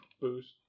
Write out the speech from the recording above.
boost